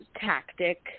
tactic